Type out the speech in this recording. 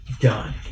done